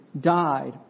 died